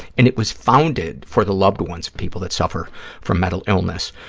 and it was founded for the loved ones of people that suffer from mental illness.